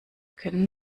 können